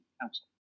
council